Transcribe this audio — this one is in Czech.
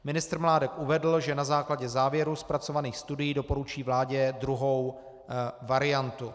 Ministr Mládek uvedl, že na základě závěrů zpracovaných studií doporučí vládě druhou variantu.